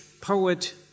poet